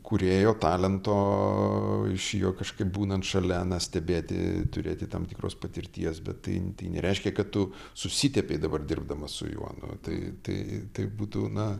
kūrėjo talento iš jo kažkaip būnant šalia stebėti turėti tam tikros patirties bet tai tai nereiškia kad tu susitepei dabar dirbdamas su juo tai tai tai būtų na